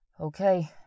Okay